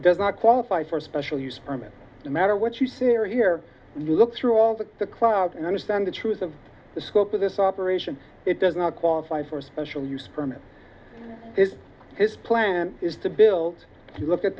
does not qualify for special use permit to matter what you see or hear you look through all the clouds and understand the truth of the scope of this operation it does not qualify for a special use permit is his plan is to build a look at